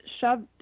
shoved